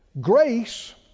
grace